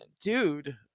dude